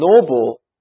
noble